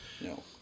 No